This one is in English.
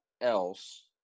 else